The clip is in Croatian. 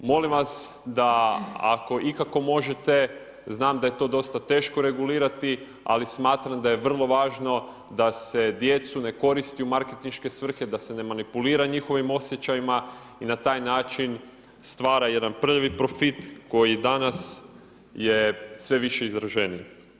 Molim vas da ako ikako možete, znam da je to dosta teško regulirati, ali smatram da je vrlo važno da se djecu ne koristi u marketinške svrhe, da se ne manipulira njihovim osjećajima i na taj način stvara jedan prljavi profit koji danas je sve više izraženiji.